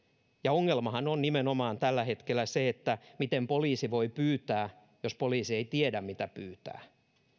ongelmahan on tällä hetkellä nimenomaan se miten poliisi voi pyytää jos poliisi ei tiedä mitä pyytää